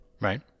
right